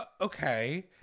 okay